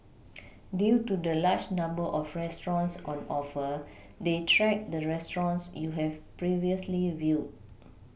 due to the large number of restaurants on offer they track the restaurants you have previously viewed